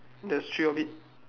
there's three of it